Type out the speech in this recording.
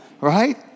Right